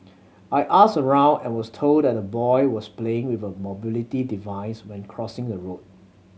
I asked around and was told that the boy was playing with a mobility device when crossing the road